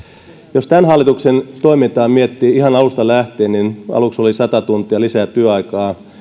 jos tämän hallituksen toimintaa miettii ihan alusta lähtien niin aluksi oli sata tuntia lisää työaikaa